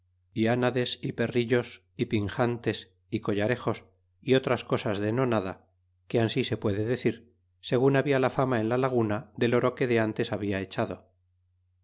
y anades y perrillos y pinjantes y collarejos y otras cosas de no nada que ansi se puede decir segun habia la fama en la laguna del oro que de antes habia echado